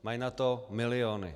Mají na to miliony.